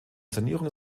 sanierung